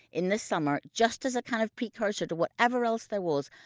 in the summer, just as a kind of precursor to whatever else there was,